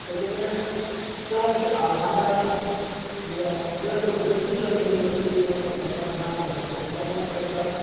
ताजे कडेन चडशीं आव्हानां अशीं म्हणल्यार जर ह्यो बसी जर मिनी बसी कदंबा ना जायत जाल्यार मात ताका